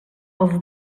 els